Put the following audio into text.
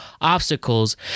obstacles